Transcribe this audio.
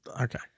Okay